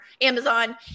Amazon